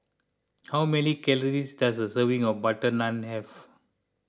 how many calories does a serving of Butter Naan have